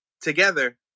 together